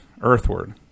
earthward